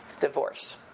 divorce